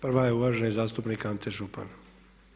Prva je uvaženi zastupnik Ante Župan.